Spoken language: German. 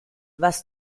was